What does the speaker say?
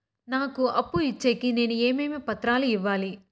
నాకు అప్పు ఇచ్చేకి నేను ఏమేమి పత్రాలు ఇవ్వాలి